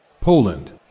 Poland